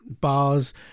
bars